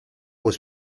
was